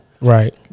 Right